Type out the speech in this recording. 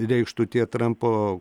reikštų tie trampo